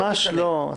ממש לא.